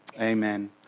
Amen